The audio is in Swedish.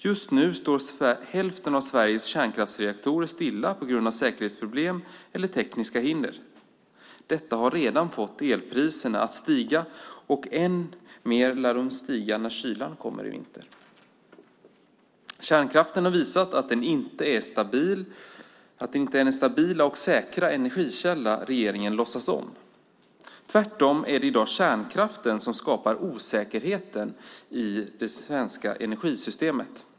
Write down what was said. Just nu står hälften av Sveriges kärnkraftsreaktorer stilla på grund av säkerhetsproblem eller tekniska hinder. Detta har redan fått elpriserna att stiga, och än mer lär de stiga när kylan kommer i vinter. Kärnkraften har visat att den inte är den stabila och säkra energikälla som regeringen låtsas att den är. Tvärtom är det i dag kärnkraften som skapar osäkerheten i det svenska energisystemet.